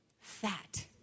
fat